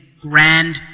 grand